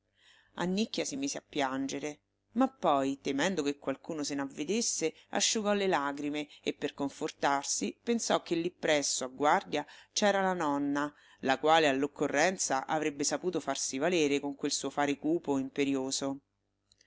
sua annicchia si mise a piangere ma poi temendo che qualcuno se n'avvedesse asciugò le lagrime e per confortarsi pensò che lì presso a guardia c'era la nonna la quale all'occorrenza avrebbe saputo farsi valere con quel suo fare cupo e imperioso